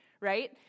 right